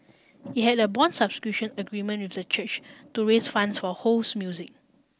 it had a bond subscription agreement with the church to raise funds for Ho's music